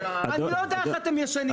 אני לא יודע איך אתם ישנים בלילה.